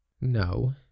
No